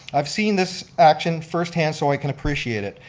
i've seen this action firsthand, so i can appreciate it.